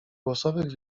głosowych